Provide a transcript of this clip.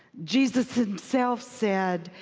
jesus himself said,